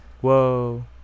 Whoa